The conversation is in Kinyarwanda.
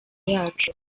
yacu